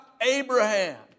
Abraham